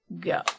go